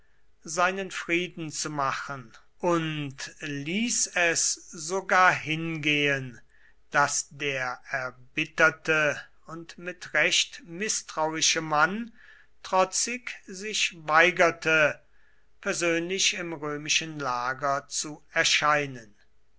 seinen frieden zu machen und ließ es sogar hingehen daß der erbitterte und mit recht mißtrauische mann trotzig sich weigerte persönlich im römischen lager zu erscheinen